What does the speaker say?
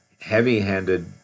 heavy-handed